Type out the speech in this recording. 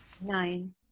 Nine